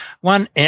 one